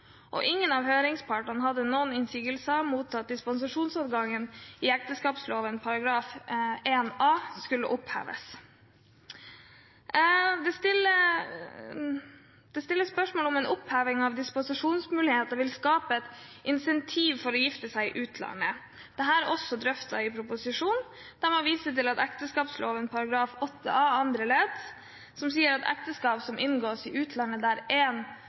Ingen av høringspartene hadde noen innsigelser mot at dispensasjonsadgangen i ekteskapsloven § 1 a oppheves. Det stilles spørsmål ved om en oppheving av dispensasjonsmuligheten vil skape et incentiv til å gifte seg i utlandet. Dette er også drøftet i proposisjonen, der man viser til ekteskapsloven § 18 a andre ledd, som sier at et ekteskap som er inngått i utlandet, ikke godkjennes dersom minst en